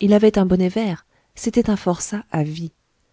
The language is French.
il avait un bonnet vert c'était un forçat à vie